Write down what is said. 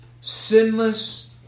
sinless